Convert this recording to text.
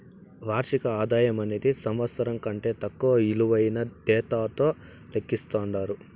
వార్షిక ఆదాయమనేది సంవత్సరం కంటే తక్కువ ఇలువైన డేటాతో లెక్కిస్తండారు